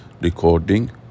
recording